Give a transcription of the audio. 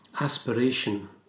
aspiration